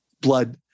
blood